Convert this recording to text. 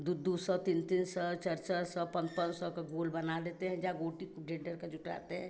दो दो सौ तीन तीन सौ चार चार सौ पाँच पाँच सौ का गोल बना लेते हैं जा गोटी खुब ढेर ढेर का जुटाते हैं